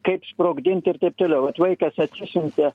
kaip sprogdint ir taip toliau vat vaikas atsisiuntė